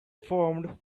formed